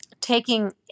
taking